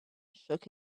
shook